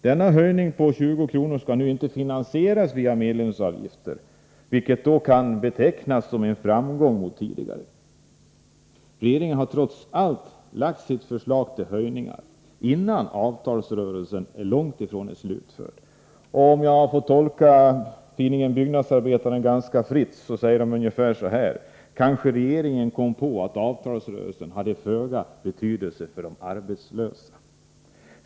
Denna höjning på 20 kr. skall inte finansieras via medlemsavgifter, vilket kan betecknas som en framgång jämfört med vad som tidigare varit fallet. Regeringen har trots allt lagt fram sitt förslag till höjningar långt innan avtalsrörelsen är slutförd. Om jag får tolka tidningen Byggnadsarbetaren ganska fritt säger man ungefär så här: Kanske regeringen kom på att avtalsrörelsen hade föga betydelse för de arbetslösa.